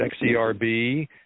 XCRB